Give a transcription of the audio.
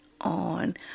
on